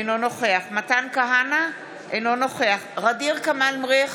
אינו נוכח מתן כהנא, אינו נוכח ע'דיר כמאל מריח,